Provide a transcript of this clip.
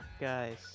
Guys